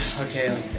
okay